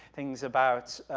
things about,